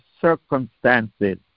circumstances